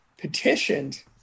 petitioned